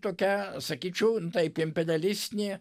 tokia sakyčiau taip imperialistinė